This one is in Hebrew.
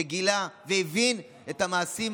שגילה והבין את המעשים.